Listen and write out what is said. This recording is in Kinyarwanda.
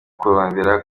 kurondera